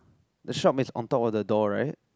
the shop is on top of the door right